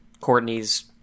courtney's